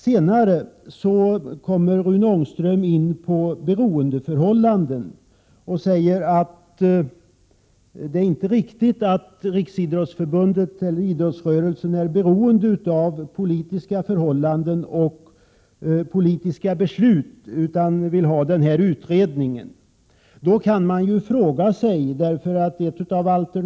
Sedan kom Rune Ångström in på beroendeförhållanden och sade att det inte är bra att idrottsrörelsen skall vara beroende av politiska förhållanden och politiska beslut. Och så vill han ha en utredning, där ett av alternativen är ökad lotteriverksamhet.